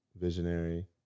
visionary